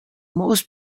most